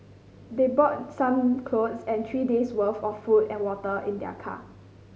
they brought some clothes and three days worth of food and water in their car